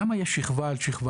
למה יש שכבה על שכבה?